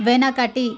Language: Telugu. వెనకటి